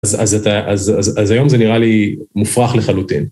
אז היום זה נראה לי מופרך לחלוטין.